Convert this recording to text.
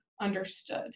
understood